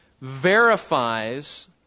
verifies